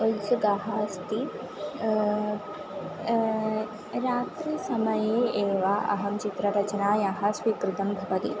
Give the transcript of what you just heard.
उत्सुकाः अस्ति रात्रि समये एव अहं चित्ररचनायाः स्वीकृतं भवति